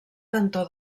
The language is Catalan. cantó